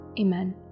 Amen